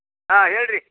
ಹಾಂ ಹೇಳ್ರಿ